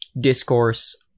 discourse